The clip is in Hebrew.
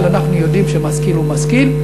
אנחנו יודעים שמשכיל הוא משכיל,